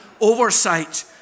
oversight